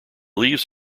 leaves